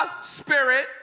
Spirit